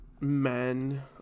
men